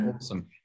awesome